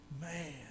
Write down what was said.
Man